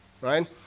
right